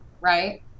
right